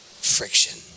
friction